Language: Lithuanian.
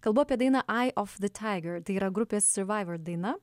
kalbu apie dainą ai ot ze taiga ir tai yra grupės savaiva daina